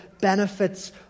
benefits